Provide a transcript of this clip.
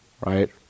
right